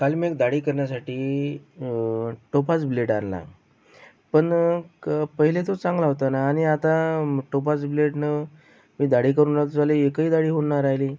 काल मी एक दाढी करण्यासाठी टोपाज ब्लेड आणला पण क पहिले तो चांगला होता न आणि आता टोपाज ब्लेडनं मी दाढी करून आज झाले एकही दाढी होऊन नाही राह्यली